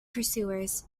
pursuers